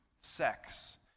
sex